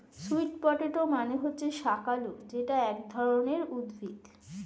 sweet potato মানে হচ্ছে শাকালু যেটা এক ধরনের উদ্ভিদ